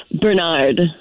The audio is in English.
bernard